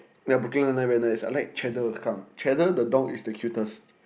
Yea Brooklyn Nine Nine very nice I like Cheddar come Cheddar the dog is the cutest